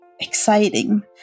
exciting